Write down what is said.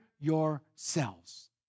yourselves